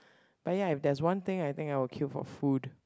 but ya there is one thing I think I will queue for food